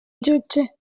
jutge